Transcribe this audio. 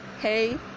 hey